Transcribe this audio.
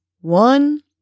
one